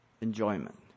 enjoyment